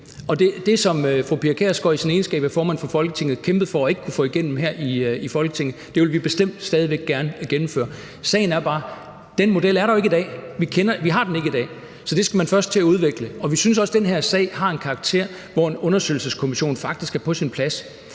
Det, som fru Pia Kjærsgaard i sin egenskab af formand for Folketinget kæmpede for og ikke kunne få igennem her i Folketinget, vil vi bestemt stadig væk gerne gennemføre. Sagen er bare, at den model ikke er her i dag. Vi har den ikke i dag. Så den skal man først til at udvikle. Og vi synes også, at den her sag har en karakter, hvor en undersøgelseskommission faktisk er på sin plads,